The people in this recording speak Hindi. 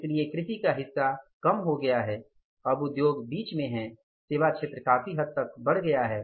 इसलिए कृषि का हिस्सा कम हो गया है अब उद्योग बीच में है सेवा क्षेत्र काफी हद तक बढ़ गया है